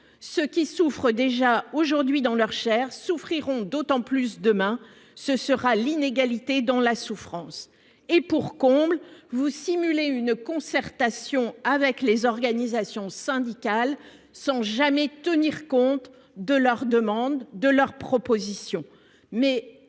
Ceux qui souffrent déjà aujourd'hui dans leur chair souffriront encore plus demain ; ce sera l'inégalité dans la souffrance. Pour comble, vous simulez une concertation avec les organisations syndicales, sans jamais tenir compte de leurs demandes, de leurs propositions.